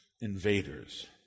invaders